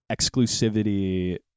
exclusivity